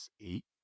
eight